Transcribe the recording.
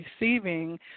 receiving